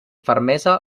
fermesa